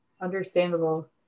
Understandable